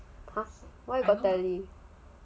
!huh! why her tele